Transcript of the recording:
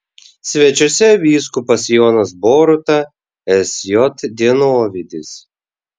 svečiuose vyskupas jonas boruta sj dienovidis